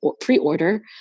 pre-order